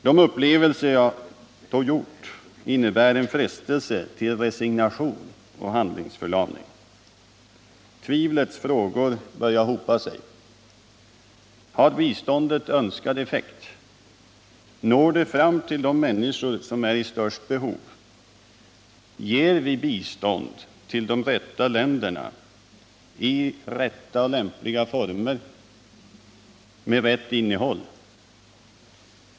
De upplevelser jag då har haft har inneburit en frestelse till resignation och handlingsförlamning. Tvivlets frågor har hopat sig. Har biståndet önskad effekt? Når det fram till de människor som är i störst behov? Ger vi bistånd till de rätta länderna, i rätta, lämpliga former, med rätt innehåll?